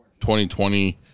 2020